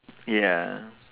ya